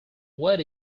what